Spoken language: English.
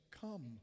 Come